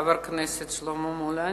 חבר הכנסת שלמה מולה.